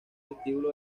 vestíbulo